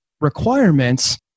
requirements